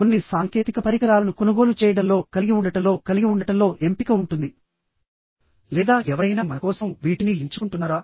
కొన్ని సాంకేతిక పరికరాలను కొనుగోలు చేయడంలోకలిగి ఉండటంలోకలిగి ఉండటంలో ఎంపిక ఉంటుంది లేదా ఎవరైనా మనకోసం వీటిని ఎంచుకుంటున్నారా